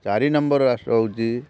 ଚାରି ନମ୍ବର୍ର ରାଷ୍ଟ୍ର ହେଉଛି